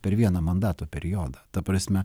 per vieną mandato periodą ta prasme